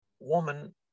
woman